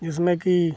जिसमें कि